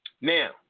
Now